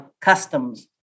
customs